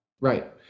Right